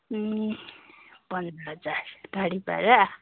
ए पन्ध्र हजार गाडी भाडा